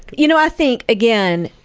you know, i think, again,